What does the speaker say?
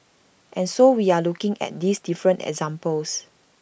and so we are looking at these different examples